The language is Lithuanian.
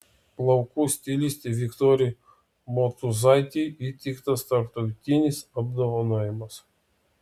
plaukų stilistei viktorijai motūzaitei įteiktas tarptautinis apdovanojimas